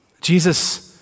Jesus